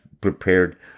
prepared